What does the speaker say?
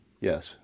Yes